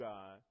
God